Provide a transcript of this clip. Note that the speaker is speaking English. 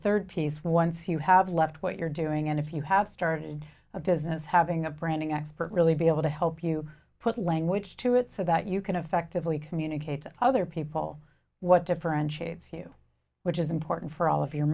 piece once you have left what you're doing and if you have started a business having a branding expert really be able to help you put language to it so that you can effectively communicate to other people what differentiates you which is important for all of your